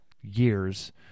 years